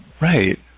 Right